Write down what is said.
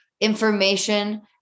Information